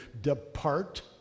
Depart